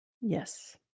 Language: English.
Yes